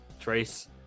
Trace